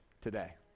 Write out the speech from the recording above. today